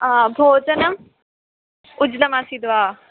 भोजनम् उचितम् आसीत् वा